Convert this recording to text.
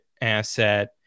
asset